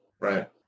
Right